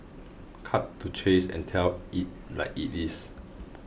cuts to chase and tells it like it is